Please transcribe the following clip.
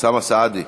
אוסאמה סעדי?